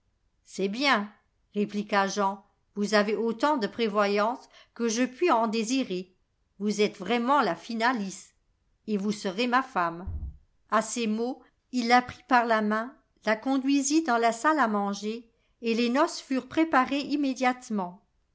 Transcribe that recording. c'est bien répliqua jean vous avez autant de prévoyance que je puis en désirer vous êtes vraiment la fine alice et vous serez ma femme a ces mots il la prit par la main la conduisit dans la salle à manger et les noces furent préparées immédiatement